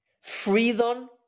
Freedom